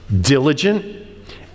Diligent